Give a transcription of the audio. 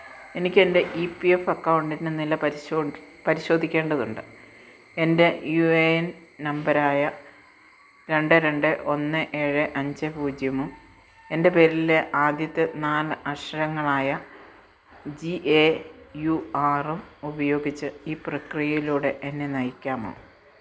എനിക്കെൻ്റെ E P F അക്കൗണ്ടിൻ്റെ നില പരിശോധന പരിശോധിക്കേണ്ടതുണ്ട് എൻ്റെ യു എ എൻ നമ്പരായ രണ്ട് രണ്ട് ഒന്ന് ഏഴ് അഞ്ച് പൂജ്യമും എൻ്റെ പേരിലെ ആദ്യത്തെ നാല് അക്ഷരങ്ങളായ ജി എ യു ആറും ഉപയോഗിച്ച് ഈ പ്രക്രിയയിലൂടെ എന്നെ നയിക്കാമോ